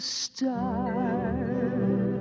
start